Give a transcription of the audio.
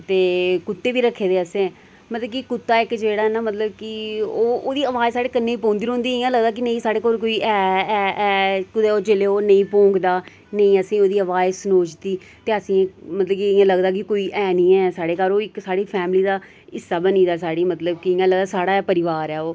ते कुत्ते बी रक्खे दे असें मतलब कि कुत्ता इक जेह्ड़ा न मतलव कि ओह् ओह्दी आवाज साढे कन्नें च पौंदी रौंह्दी इ'यां लगदा नेईं साढ़े कोल कोई ऐ ऐ कुदै जेल्ले ओह् नेईं भौंकदा नेईं असें ओह्दी आवाज सनोचदी ते अस मतलब कि इ'यां लगदा कि कोई ऐ निं ऐ साढ़े घर ओह् इक साढ़ी फैमिली दा बंदा बनी गेदा साढ़ी मतलब की इ'यां लगदा साढ़ा परिवार ऐ ओह्